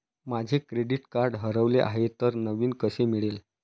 माझे credit card हरवले आहे तर नवीन कसे मिळेल?